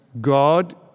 God